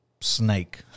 snake